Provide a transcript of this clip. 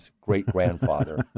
great-grandfather